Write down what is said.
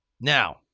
Now